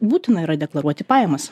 būtina yra deklaruoti pajamas